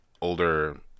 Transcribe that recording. older